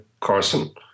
Carson